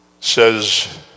says